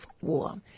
War